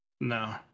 No